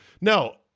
No